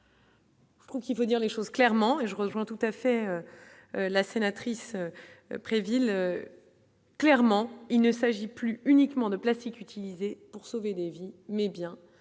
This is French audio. Je trouve qu'il faut dire les choses clairement et je rejoins tout à fait la sénatrice près ville clairement, il ne s'agit plus uniquement de plastique utilisé pour sauver des vies, mais bien